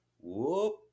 whoop